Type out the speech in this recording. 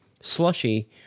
slushy